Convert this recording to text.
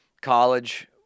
college